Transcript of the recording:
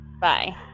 Bye